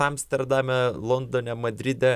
amsterdame londone madride